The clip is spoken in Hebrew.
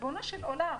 ריבונו של עולם,